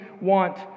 want